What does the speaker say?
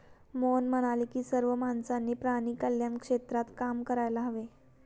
मोहन म्हणाले की सर्व माणसांनी प्राणी कल्याण क्षेत्रात काम करायला हवे